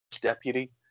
deputy